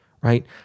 right